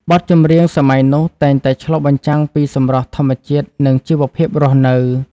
បទចម្រៀងសម័យនោះតែងតែឆ្លុះបញ្ចាំងពីសម្រស់ធម្មជាតិ និងជីវភាពរស់នៅ។